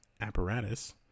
apparatus